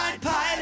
pilot